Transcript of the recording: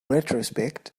retrospect